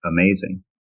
amazing